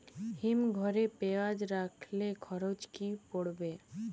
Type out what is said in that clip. হিম ঘরে পেঁয়াজ রাখলে খরচ কি পড়বে?